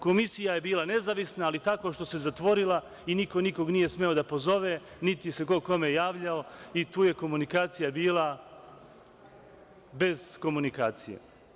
Komisija je bila nezavisna, ali tako što se zatvorila i niko nikog nije smeo da pozove, niti se ko kome javljao i tu je komunikacija bila bez komunikacije.